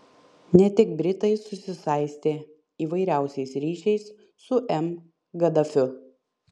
ne tik britai susisaistė įvairiausiais ryšiais su m gaddafiu